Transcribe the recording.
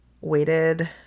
waited